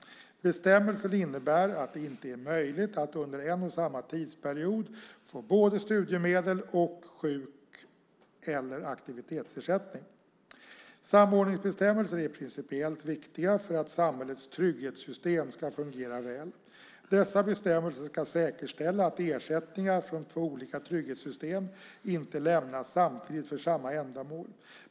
Bestämmelsen innebär att det inte är möjligt att under en och samma tidsperiod få både studiemedel och sjuk eller aktivitetsersättning. Samordningsbestämmelser är principiellt viktiga för att samhällets trygghetssystem ska fungera väl. Dessa bestämmelser ska säkerställa att ersättningar från två olika trygghetssystem inte lämnas samtidigt för samma ändamål.